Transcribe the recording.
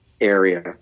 area